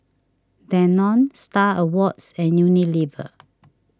Danone Star Awards and Unilever